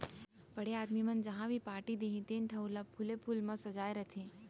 बड़े आदमी मन जहॉं भी पारटी देहीं तेन ठउर ल फूले फूल म सजाय रथें